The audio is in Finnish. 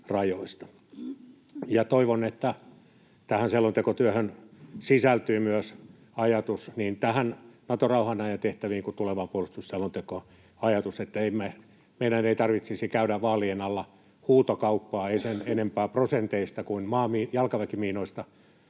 Toivon, että tähän selontekotyöhön sisältyy myös ajatus — niin Naton rauhanajan tehtäviin kuin tulevaan puolustusselontekoon — että meidän ei tarvitsisi käydä vaalien alla huutokauppaa, ei sen enempää prosenteista kuin jalkaväkimiinoista,